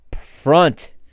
front